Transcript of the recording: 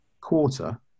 quarter